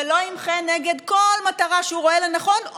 ולא ימחה נגד כל מטרה שהוא רואה לנכון,